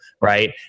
Right